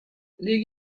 les